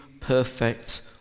perfect